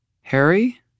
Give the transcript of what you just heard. Harry